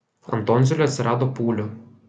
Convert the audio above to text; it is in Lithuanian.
ant tonzilių atsirado pūlių